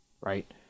right